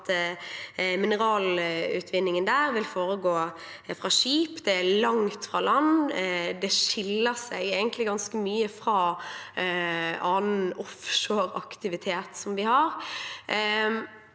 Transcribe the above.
at mineralutvinningen der vil foregå fra skip, det er langt fra land. Det skiller seg egentlig ganske mye fra annen offshoreaktivitet vi har.